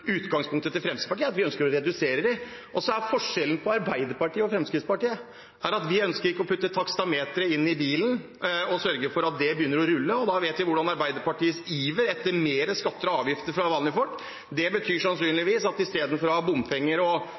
utgangspunktet til Fremskrittspartiet er at vi ønsker å redusere dem. Så er forskjellen på Arbeiderpartiet og Fremskrittspartiet at vi ikke ønsker å putte taksameter i bilen og sørge for at det begynner å rulle. Da vet vi hvordan Arbeiderpartiets iver etter mer skatter og avgifter fra vanlige folk sannsynligvis betyr at istedenfor å ha bompenger, og at man har noen som faktisk kjemper hver eneste dag for å redusere og